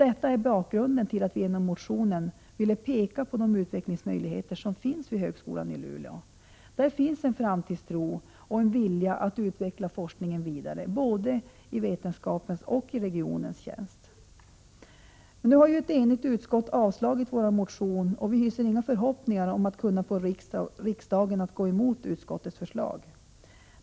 Detta är bakgrunden till att vi genom motionen ville peka på de utvecklingsmöjligheter som finns vid högskolan i Luleå. Där finns en framtidstro och en vilja att 55 utveckla forskningen vidare, i både vetenskapens och regionens tjänst. Nu har ett enigt utbildningsutskott avstyrkt vår motion, och vi hyser inga förhoppningar om att kunna få riksdagen att gå emot utskottets förslag.